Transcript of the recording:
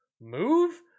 move